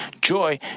joy